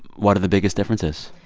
what are the biggest differences?